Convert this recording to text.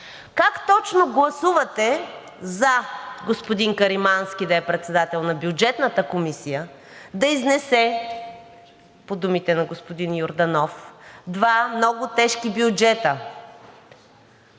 Как точно гласувате за господин Каримански да е председател на Бюджетната комисия, да изнесе, по думите на господин Йорданов, два много тежки бюджета,